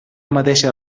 mateixa